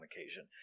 occasion